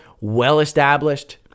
well-established